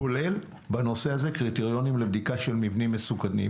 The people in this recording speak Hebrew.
כולל בנושא הזה קריטריונים לבדיקה של מבנים מסוכנים.